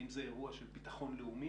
האם זה אירוע של ביטחון לאומי?